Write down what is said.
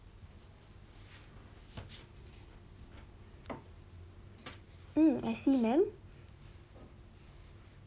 mm I see ma'am